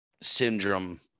syndrome